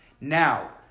Now